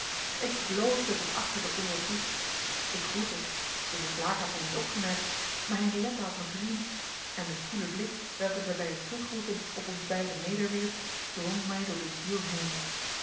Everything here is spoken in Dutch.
ik bloosde tot achter de ooren toe ik groette de heer blaek had mij niet opgemerkt maar henriëtte had mij gezien en de koele blik welken zij bij het teruggroeten op ons beiden nederwierp drong mij door de ziel heen